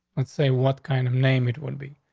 let's say what kind of name it would be.